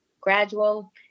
gradual